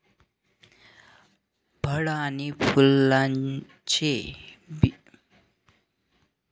फळ आणि फुलांचे बियाणं रोपवाटिकेमध्ये सहज उपलब्ध होतात आणि आपण त्यामध्ये निवड करू शकतो